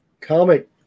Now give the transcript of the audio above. comic